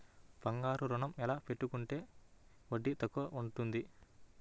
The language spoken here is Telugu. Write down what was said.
బంగారు ఋణం ఎలా పెట్టుకుంటే వడ్డీ తక్కువ ఉంటుంది?